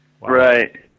Right